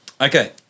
Okay